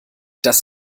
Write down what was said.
das